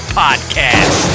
podcast